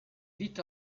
vit